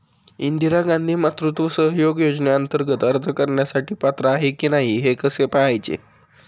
इंदिरा गांधी मातृत्व सहयोग योजनेअंतर्गत अर्ज करण्यासाठी पात्र आहे की नाही हे कसे पाहायचे?